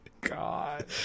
God